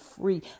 free